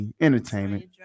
entertainment